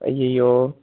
ஐயய்யோ